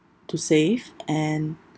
to save and